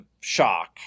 shock